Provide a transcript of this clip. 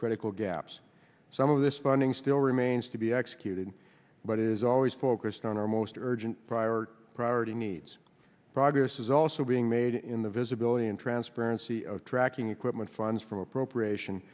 critical gaps some of this funding still remains to be executed but is always focused on our most urgent priority priority needs progress is also being made in the visibility and transparency of tracking equipment funds from appropriation